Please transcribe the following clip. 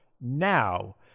now